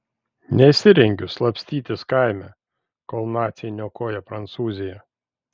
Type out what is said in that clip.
nesirengiu slapstytis kaime kol naciai niokoja prancūziją